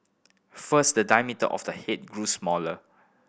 first the diameter of the head grew smaller